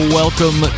welcome